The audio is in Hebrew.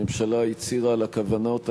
הממשלה הצהירה על הכוונות האלה,